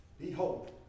Behold